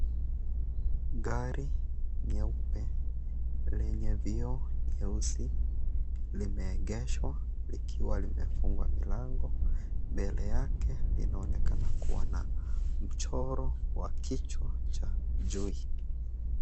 Gari nyeupe lenye vioo nyeusi kimeegeshwa likiwaliimefungwa milango mbele yake linaonekana kuwa na mchoro wa kichwa cha johi.